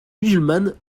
musulmane